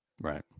Right